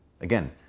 Again